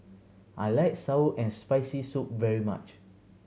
I like sour and Spicy Soup very much